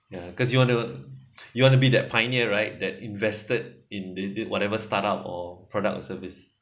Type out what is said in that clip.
ya cause you want to you want to be that pioneer right that invested in the the whatever start up or product or service